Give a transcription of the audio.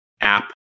app